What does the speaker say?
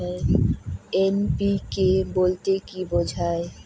NPK বলতে কী বোঝায়?